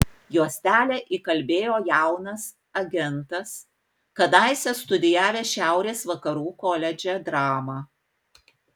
juostelę įkalbėjo jaunas agentas kadaise studijavęs šiaurės vakarų koledže dramą